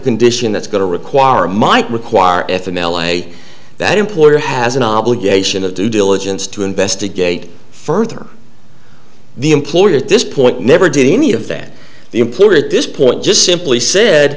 condition that's going to require might require if an l a that employer has an obligation of due diligence to investigate further the employee at this point never did any of that the employer at this point just simply said